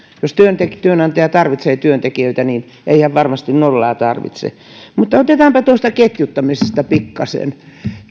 jos työnantaja tarvitsee työntekijöitä niin ei hän varmasti nollaan tarvitse mutta otetaanpa tuosta ketjuttamisesta pikkasen